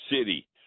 city